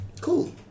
Cool